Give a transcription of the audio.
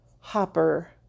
hopper